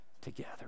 together